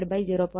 25 0